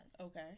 Okay